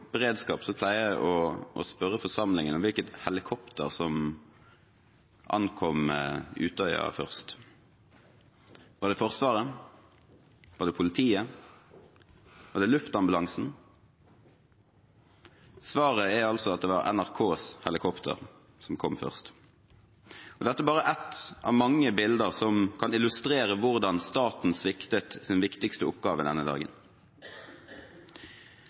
pleier jeg å spørre forsamlingen om hvilket helikopter som ankom Utøya først. Var det Forsvaret? Var det politiet? Var det luftambulansen? Svaret er at det var NRKs helikopter som kom først. Dette er bare ett av mange bilder som kan illustrere hvordan staten sviktet sin viktigste oppgave denne dagen.